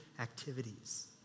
activities